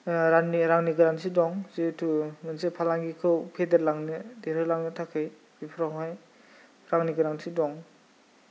रांनि रांनि गोनांथि दं जिहेतु मोनसे फालांगिखौ फेदेरलांनो देरहोलांनो थाखाय बेफोरावहाय रांनि गोनांथि दं